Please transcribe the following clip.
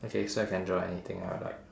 okay so I can draw anything I like